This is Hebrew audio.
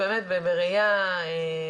לגבי פרטי אשראי,